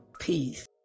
Peace